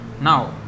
Now